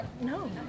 No